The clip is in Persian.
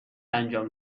انجام